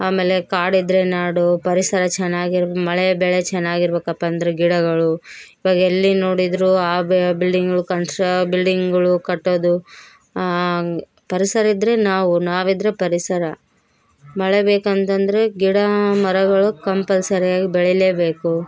ಆಮೇಲೆ ಕಾಡಿದ್ರೆ ನಾಡು ಪರಿಸರ ಚೆನ್ನಾಗಿರು ಮಳೆ ಬೆಳೆ ಚೆನ್ನಾಗಿರ್ಬೇಕಪ್ಪ ಅಂದರೆ ಗಿಡಗಳು ಇವಾಗ ಎಲ್ಲಿ ನೋಡಿದ್ರು ಆ ಬಿಲ್ಡಿಂಗ್ಗಳು ಕನ್ಷ್ರ ಬಿಲ್ಡಿಂಗ್ಗಳು ಕಟ್ಟೋದು ಪರಿಸರ ಇದ್ರೆ ನಾವು ನಾವಿದ್ರೆ ಪರಿಸರ ಮಳೆ ಬೇಕಂತಂದರೆ ಗಿಡ ಮರಗಳು ಕಂಪಲ್ಸರಿಯಾಗಿ ಬೆಳಿಲೇಬೇಕು